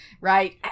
Right